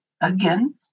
again